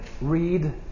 Read